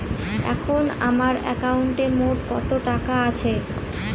এখন আমার একাউন্টে মোট কত টাকা আছে?